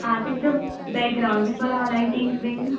आं तेंचे बॅग्रावण बी बरो आं लायटिंग्स बी